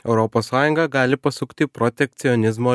europos sąjunga gali pasukti protekcionizmo